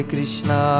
Krishna